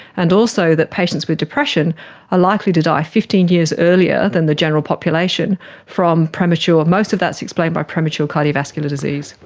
and also that patients with depression are likely to die fifteen years earlier than the general population from premature, most of that is explained by premature cardiovascular disease.